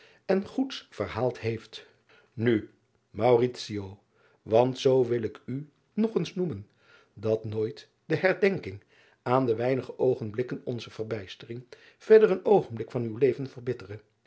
en goeds verhaald heeft u want zoo wil ik u nog eens noemen dat nooit de herdenking aan de weinige oogenblikken onzer verbijstering verder een oogenblik van uw leven verbittere